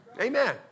Amen